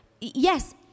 Yes